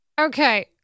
Okay